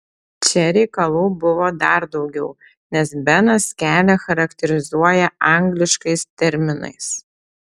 čia reikalų buvo dar daugiau nes benas kelią charakterizuoja angliškais terminais